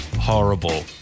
horrible